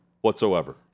whatsoever